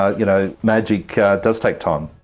ah you know, magic does take time.